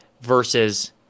versus